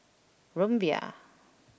Rumbia